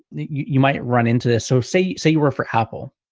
you might run into this. so say, say you work for apple?